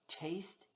Taste